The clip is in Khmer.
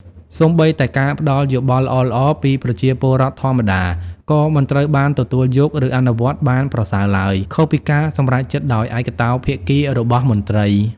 សូម្បីតែការផ្ដល់យោបល់ល្អៗពីប្រជាពលរដ្ឋធម្មតា ក៏មិនត្រូវបានទទួលយក ឬអនុវត្តបានប្រសើរឡើយ ខុសពីការសម្រេចចិត្តដោយឯកតោភាគីរបស់មន្ត្រី។